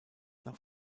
nach